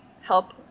help